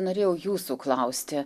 norėjau jūsų klausti